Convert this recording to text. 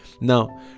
Now